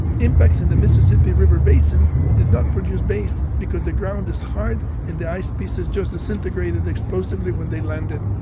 impacts in the mississippi river basin did not produce bays because the ground is hard and the ice pieces just disintegrated explosively when they landed.